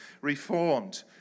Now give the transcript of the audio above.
reformed